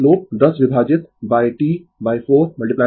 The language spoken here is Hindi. यह स्लोप 10 विभाजित T 4 t